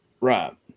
Right